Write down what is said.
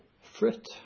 fruit